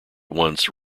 once